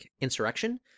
Insurrection